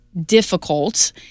difficult